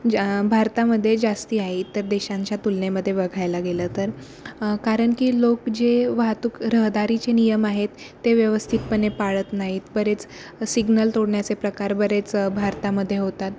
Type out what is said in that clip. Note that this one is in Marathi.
ज्या भारतामध्ये जास्ती आहे इतर देशांच्या तुलनेमध्ये बघायला गेलं तर कारण की लोक जे वाहतूक रहदारीचे नियम आहेत ते व्यवस्थितपणे पाळत नाहीत बरेच सिग्नल तोडण्याचे प्रकार बरेच भारतामध्ये होतात